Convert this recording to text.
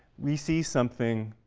we see something,